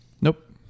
Nope